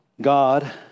God